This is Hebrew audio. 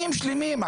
שלמים.